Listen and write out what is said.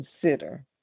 consider